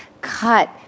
cut